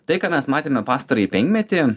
tai ką mes matėme pastarąjį penkmetį